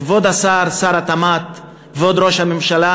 כבוד השר, שר התמ"ת, כבוד ראש הממשלה,